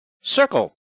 Circle